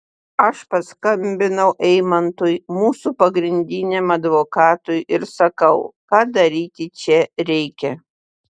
aš paskambinau eimantui mūsų pagrindiniam advokatui ir sakau ką daryti čia reikia